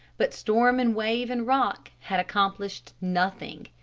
but storm and wave and rock had accomplished nothing.